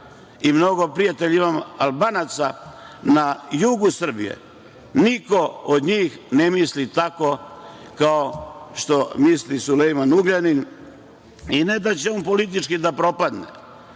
i mnogo prijatelja imam Albanaca na jugu Srbije. Niko on njih ne misli tako kao što misli Sulejman Ugljanin. Ne da će on politički da propadne,